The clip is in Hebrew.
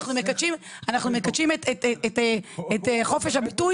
אנחנו מקדשים את חופש הביטוי,